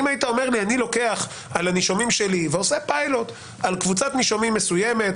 אם היית אומר לי: אני עושה על קבוצת נישומים מסוימת פיילוט,